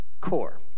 core